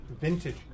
Vintage